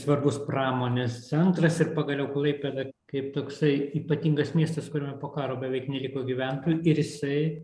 svarbus pramonės centras ir pagaliau klaipėda kaip toksai ypatingas miestas kuriame po karo beveik neliko gyventojų ir jisai